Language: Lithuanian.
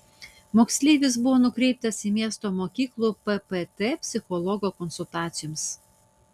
moksleivis buvo nukreiptas į miesto mokyklų ppt psichologo konsultacijoms